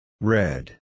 Red